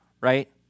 right